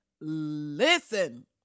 Listen